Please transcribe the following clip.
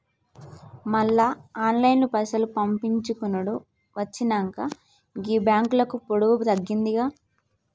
మళ్ల ఆన్లైన్ల పైసలు పంపిచ్చుకునుడు వచ్చినంక, గీ బాంకులకు పోవుడు తప్పిందిగదా